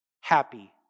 happy